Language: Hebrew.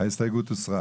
ההסתייגות הוסרה.